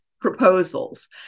Proposals